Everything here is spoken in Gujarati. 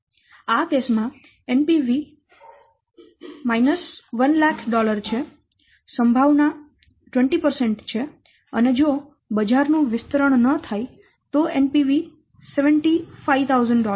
આ કેસ માં NPV 100000 છેસંભાવના 20 છે અને જો બજાર નું વિસ્તરણ ન થાય તો NPV 75000 છે અને સંભાવના 80 છે